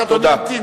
אדוני ימתין,